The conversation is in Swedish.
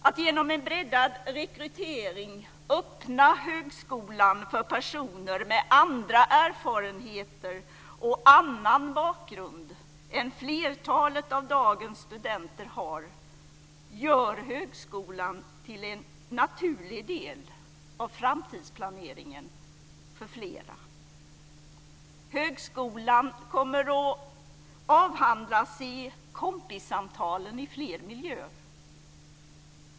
Att genom en breddad rekrytering öppna högskolan för personer med andra erfarenheter och annan bakgrund än flertalet av dagens studenter har gör högskolan till en naturlig del av framtidsplaneringen för flera. Högskolan kommer att avhandlas i kompissamtalen i flera miljöer.